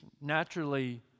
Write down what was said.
naturally